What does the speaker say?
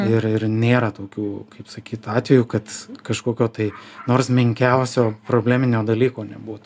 ir ir nėra tokių kaip sakyt atvejų kad kažkokio tai nors menkiausio probleminio dalyko nebūtų